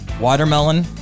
watermelon